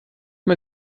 man